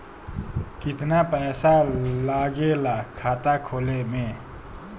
कितना पैसा लागेला खाता खोले में?